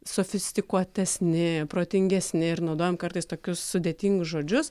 sofiscitikuotesni protingesni ir naudojam kartais tokius sudėtingus žodžius